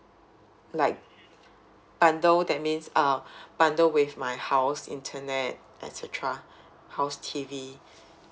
like bundle that means uh bundle with my house internet et cetera house T_V